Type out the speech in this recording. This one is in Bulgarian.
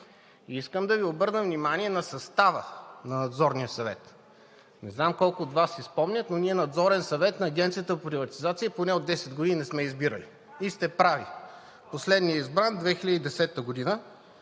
Искам да Ви обърна внимание на състава на Надзорния съвет. Не знам колко от Вас си спомнят, но ние Надзорен съвет на Агенцията по приватизацията поне от десет години не сме избирали и сте прави – последният е избран през 2010 г.